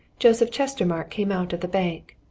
joseph chestermarke came out of the bank.